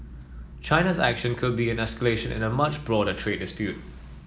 China's action could be an escalation in a much broader trade dispute